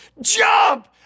Jump